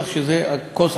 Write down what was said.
כך שהכוס,